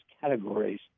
categories